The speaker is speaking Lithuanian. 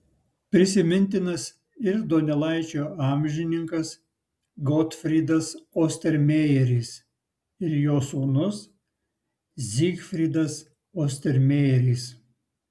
prisimintinas ir donelaičio amžininkas gotfrydas ostermejeris ir jo sūnus zygfridas ostermejeris